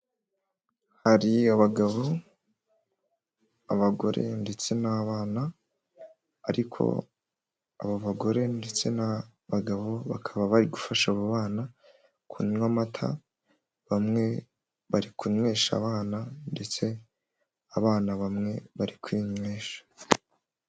Hari abagabo, abagore ndetse n'abana ariko aba bagore ndetse n'abagabo bakaba bari gufasha abo bana kunywa amata, bamwe bari kunywesha abana ndetse abana bamwe bari kwinywesha.